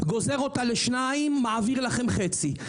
גוזר אותה לשניים ומעביר לכם חצי.